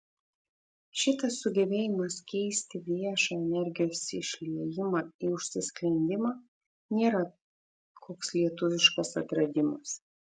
šitas sugebėjimas keisti viešą energijos išliejimą į užsisklendimą nėra koks lietuviškas atradimas